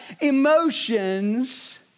emotions